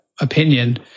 opinion